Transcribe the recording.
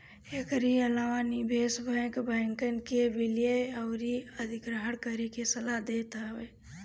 एकरी अलावा निवेश बैंक, बैंकन के विलय अउरी अधिग्रहण करे के सलाह देत हवे